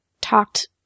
talked